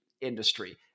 industry